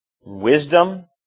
wisdom